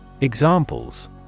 Examples